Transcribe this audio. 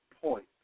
point